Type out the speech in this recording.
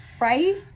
right